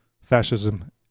fascism